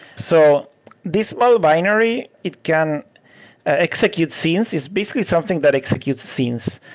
so this low binary, it can execute scenes. it's basically something that executes scenes.